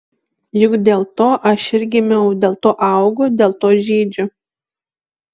juk dėl to aš ir gimiau dėl to augu dėl to žydžiu